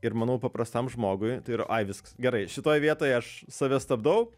ir manau paprastam žmogui tai yra ai viskas gerai šitoj vietoj aš save stabdau